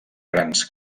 grans